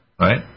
right